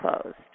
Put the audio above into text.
closed